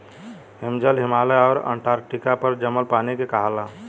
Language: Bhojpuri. हिमजल, हिमालय आउर अन्टार्टिका पर जमल पानी के कहाला